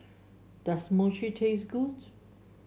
does Mochi taste good